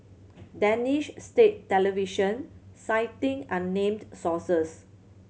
Danish state television citing unnamed sources